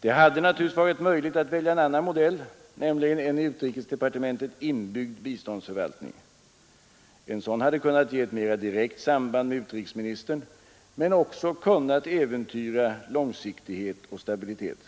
Det hade naturligtvis varit möjligt att välja en annan modell, nämligen en i utrikesdepartementet inbyggd biståndsförvaltning. En sådan hade kunnat ge ett mera direkt samband med utrikesministern men kanske också kunnat äventyra långsiktighet och stabilitet.